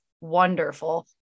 wonderful